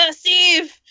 Steve